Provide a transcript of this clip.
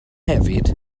hefyd